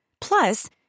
Plus